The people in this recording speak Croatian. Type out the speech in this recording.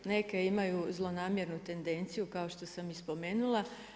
Neke imaju zlonamjernu tendenciju kao što sam i spomenula.